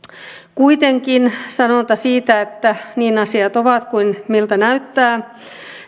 kuitenkin on sanonta siitä että niin asiat ovat kuin miltä näyttää